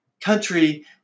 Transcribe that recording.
country